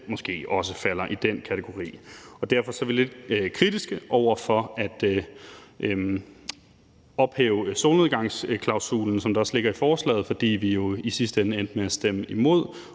man selv falder i den kategori. Derfor er vi lidt kritiske over for at ophæve solnedgangsklausulen, som der også ligger i forslaget, fordi vi jo i sidste ende endte med at stemme imod,